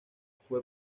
fue